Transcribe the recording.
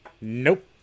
Nope